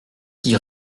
qui